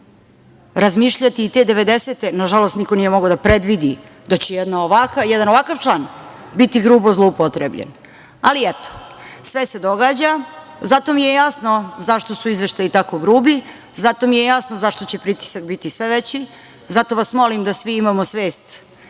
razmišljati i te devedesete, nažalost, niko nije mogao da predvidi, da će jedan ovakav član biti grubo zloupotrebljen. Ali, eto, sve se događa. Zato mi je jasno zašto su izveštaji tako grubi. Zato mi je jasno zašto će pritisak biti sve veći. Zato vas molim da svi imamo svest,